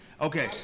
Okay